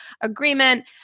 agreement